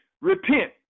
repent